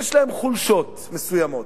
יש להם חולשות מסוימות: